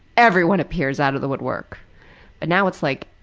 everyone appears out of the wood work and now it's like,